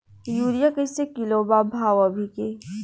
Urea कइसे kilo बा भाव अभी के?